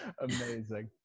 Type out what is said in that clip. amazing